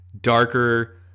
darker